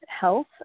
health